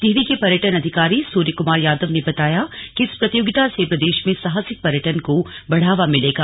टिहरी के पर्यटन अधिकारी सूर्यक्मार यादव ने बताया कि इस प्रतियोगिता से प्रदेश में साहसिक पर्यटन को बढ़ावा मिलेगा